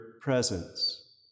presence